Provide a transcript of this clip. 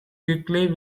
quickly